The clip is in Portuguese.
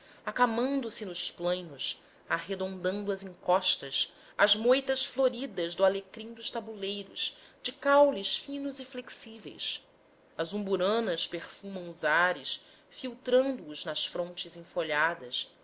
acamando se nos plainos arredondando as encostas as moitas floridas do alecrim os tabuleiros de caules finos e flexíveis as umburanas perfumam os ares filtrando os nas frondes enfolhadas